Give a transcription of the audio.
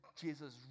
Jesus